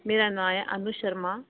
मेरा नांऽ ऐ अनु शर्मा